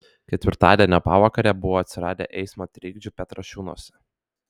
ketvirtadienio pavakarę buvo atsiradę eismo trikdžių petrašiūnuose